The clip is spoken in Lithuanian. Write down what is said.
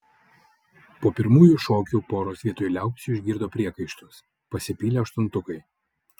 po pirmųjų šokių poros vietoj liaupsių išgirdo priekaištus pasipylė aštuntukai